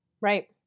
Right